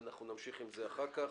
אנחנו נמשיך עם זה אחר כך.